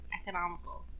economical